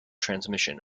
transmission